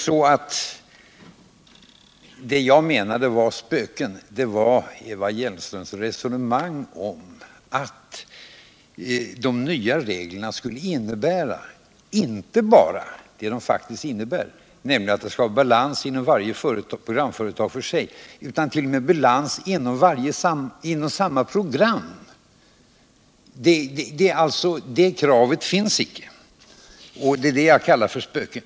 Vad jag menade med spöken var Eva Hjelmströms resonemang om att de nya reglerna skulle innebära inte bara vad de faktiskt innebär, nämligen balans inom varje programföretag för sig, utan också balans inom samma program. Det kravet finns inte. Det kallar jag för spöken.